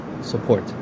support